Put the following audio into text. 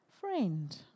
Friend